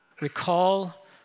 Recall